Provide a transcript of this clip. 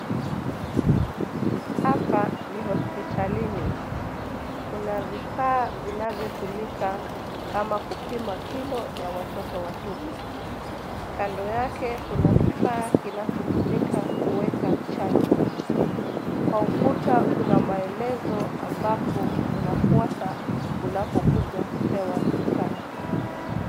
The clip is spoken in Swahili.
Hapa ni hospitalini. Kuna vifaa vinavyotumika kama kupima kilo ya watoto wadogo. Kando yake kuna kifaa kinachotumika kuweka chanjo. Kwa ukuta kuna maelezo ambapo unafuata unapokuja kupewa chanjo.